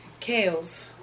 Kales